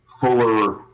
fuller